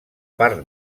part